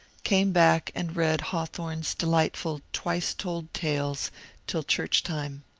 came back and read hawthorne's delightful twice-told tales till church time.